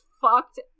fucked